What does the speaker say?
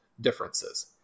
differences